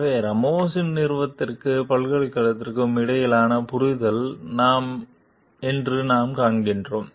எனவே ராமோஸின் நிறுவனத்திற்கும் பல்கலைக்கழகத்திற்கும் இடையிலான புரிதல் என்று நாம் காண்கிறோம்